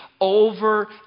over